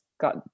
got